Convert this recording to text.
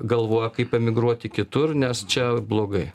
galvoja kaip emigruoti kitur nes čia blogai